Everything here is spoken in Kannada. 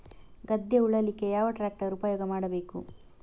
ಗದ್ದೆ ಉಳಲಿಕ್ಕೆ ಯಾವ ಟ್ರ್ಯಾಕ್ಟರ್ ಉಪಯೋಗ ಮಾಡಬೇಕು?